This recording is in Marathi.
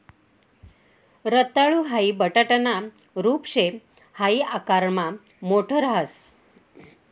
रताळू हाई बटाटाना रूप शे हाई आकारमा मोठ राहस